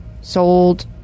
sold